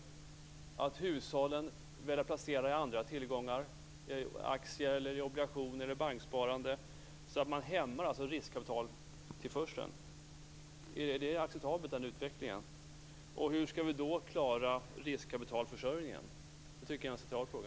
Är det rimligt att hushållen väljer att placera i andra tillgångar, såsom aktier, obligationer eller banksparande, så att man hämmar riskkapitaltillförseln? Är den utvecklingen acceptabel? Hur skall vi då klara riskkapitalförsörjningen? Det tycker jag är en central fråga.